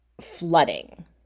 flooding